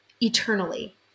eternally